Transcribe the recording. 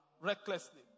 recklessly